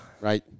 Right